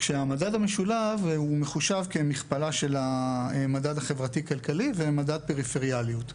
המדד המשולב מחושב כמכפלה של המדד החברתי-כלכלי ומדד הפריפריאליות;